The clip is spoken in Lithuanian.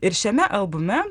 ir šiame albume